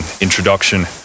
introduction